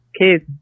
Kids